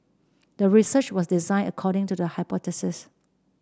the research was designed according to the hypothesis